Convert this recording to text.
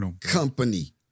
company